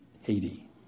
Haiti